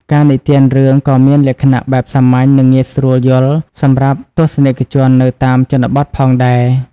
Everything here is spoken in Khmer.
ការនិទានរឿងក៏មានលក្ខណៈបែបសាមញ្ញនិងងាយស្រួលយល់សម្រាប់ទស្សនិកជននៅតាមជនបទផងដែរ។